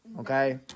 Okay